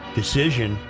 decision